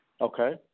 Okay